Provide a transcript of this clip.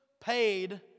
paid